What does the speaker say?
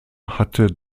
hatte